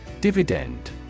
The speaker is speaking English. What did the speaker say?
Dividend